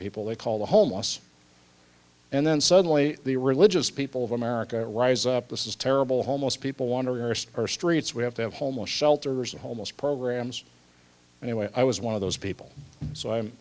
people they call the homeless and then suddenly the religious people of america rise up this is terrible homeless people want to reverse or streets we have to have homeless shelters the homeless programs anyway i was one of those people so i